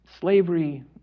slavery